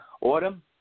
Autumn